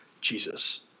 Jesus